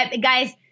guys